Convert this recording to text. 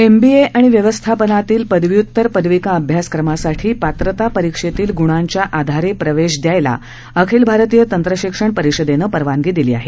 MBA आणि व्यवस्थापनातील पदव्य्तर पदविका अभ्यासक्रमासाठी पात्रता परीक्षेतील गुणांच्या आधारे प्रवेश दयायला अखिल भारतीय तंत्रशिक्षण परिषदेनं परवानगी दिली आहे